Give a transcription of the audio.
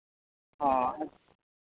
ᱦᱮᱸ